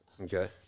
Okay